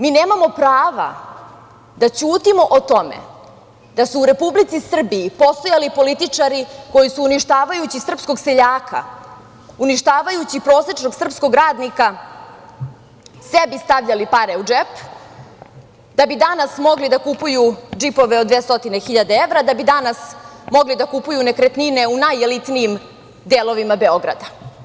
Mi nemamo prava da ćutimo o tome, da se u Republici Srbiji postojali političari koji su uništavajući srpskog seljaka, uništavajući prosečnog srpskog radnika sebi stavljali pare u džep, da bi danas mogli da kupuju džipove od 200.000 evra, da bi danas mogli da kupuju nekretnine u najelitnijim delovima Beograda.